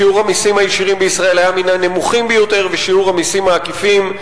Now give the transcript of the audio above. שיעור המסים הישירים בישראל היה מן הנמוכים ביותר ושיעור המסים העקיפים,